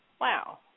Wow